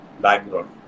background